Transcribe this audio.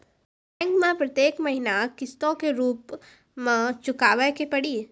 Bank मैं प्रेतियेक महीना किस्तो के रूप मे चुकाबै के पड़ी?